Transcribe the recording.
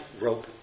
rope